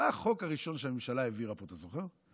מה החוק הראשון שהממשלה העבירה פה, אתה זוכר?